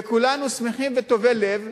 וכולנו שמחים וטובי-לב,